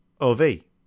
O-V